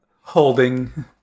holding